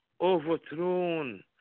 overthrown